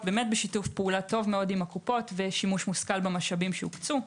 פעולה טוב מאוד עם הקופות ושימוש מושכל במשאבים שהוקצו.